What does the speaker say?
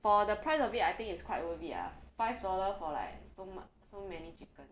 for the price of it I think it's quite worth it ah five dollar for like so much so many chicken